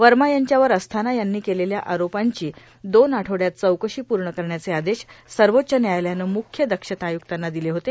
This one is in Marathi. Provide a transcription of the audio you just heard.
वर्मा यांच्यावर अस्थाना यांनी केलेल्या आरोपांची दोन आठवडयात चौकशी पूर्ण करण्याचे आदेश सर्वोच्व न्यायालयानं मुख्य दक्षता आयुक्तांना दिले होते